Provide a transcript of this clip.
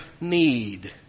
need